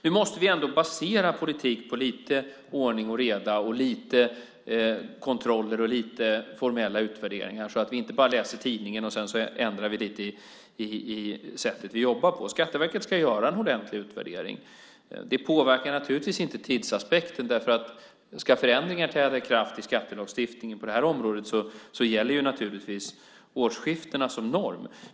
Nu måste vi ändå basera politiken på lite ordning och reda och på lite kontroller och lite formella utvärderingar, så att vi inte bara läser tidningen och sedan ändrar lite i sättet vi jobbar på. Skatteverket ska göra en ordentlig utvärdering. Det påverkar naturligtvis inte tidsaspekten därför att ska förändringar träda i kraft i skattelagstiftningen på det här området gäller årsskiftena som norm.